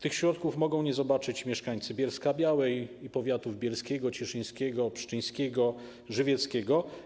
Tych środków mogą nie zobaczyć mieszkańcy Bielska-Białej i powiatów: bielskiego, cieszyńskiego, pszczyńskiego, żywieckiego.